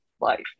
life